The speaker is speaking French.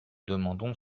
demandons